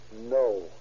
No